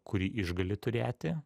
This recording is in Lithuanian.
kurį išgali turėti